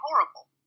horrible